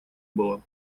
было